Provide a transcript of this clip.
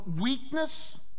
weakness